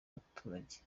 baturage